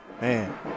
Man